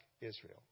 Israel